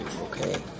okay